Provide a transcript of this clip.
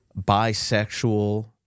bisexual